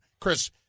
Chris